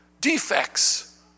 defects